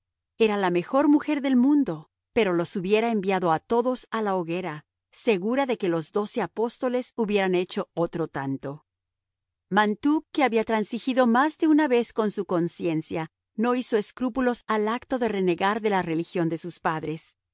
era la mejor mujer del mundo pero los hubiera enviado a todos a la hoguera segura de que los doce apóstoles hubieran hecho otro tanto mantoux que había transigido más de una vez con su conciencia no hizo escrúpulos al acto de renegar de la religión de sus padres